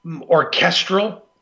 orchestral